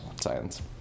science